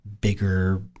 bigger